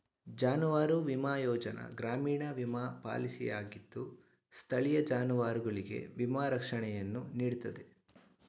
ಜಾನುವಾರು ವಿಮಾ ಯೋಜನೆ ಗ್ರಾಮೀಣ ವಿಮಾ ಪಾಲಿಸಿಯಾಗಿದ್ದು ಸ್ಥಳೀಯ ಜಾನುವಾರುಗಳಿಗೆ ವಿಮಾ ರಕ್ಷಣೆಯನ್ನು ನೀಡ್ತದೆ